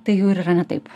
tai jau ir yra ne taip